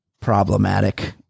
problematic